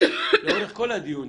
לאורך כל הדיונים